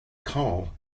call